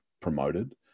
promoted